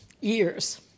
years